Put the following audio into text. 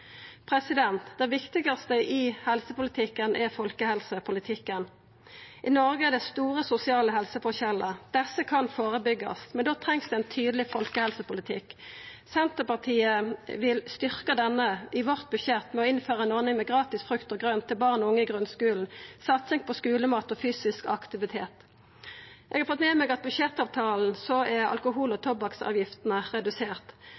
Det viktigaste i helsepolitikken er folkehelsepolitikken. I Noreg er det store sosiale helseforskjellar. Dei kan førebyggjast, men da trengst det ein tydeleg folkehelsepolitikk. Senterpartiet vil styrkja denne politikken i budsjettet med å innføra ei ordning med gratis frukt og grønt til barn og unge i grunnskulen, satsing på skulemat og fysisk aktivitet. Eg har fått med meg at i budsjettavtalen er alkohol- og